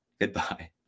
goodbye